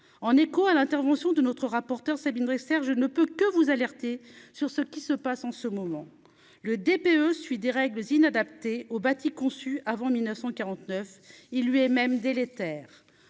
en écho à l'intervention de notre rapporteur Sabine dressèrent je ne peux que vous alerter sur ce qui se passe en ce moment le DPE celui des règles inadaptées au bâti conçu avant 1949 il lui est même délétère